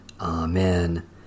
Amen